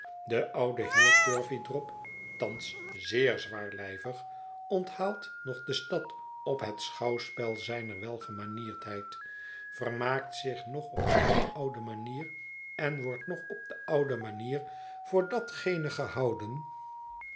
de oude heer turveydrop thans zeer zwaarlijvig onthaalt nog de stad op het schouwspel zijner welgemanierdheid vermaakt zich nog op zijne oude manier en wordt nog op de oude manier voor datgene gehouden